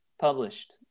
published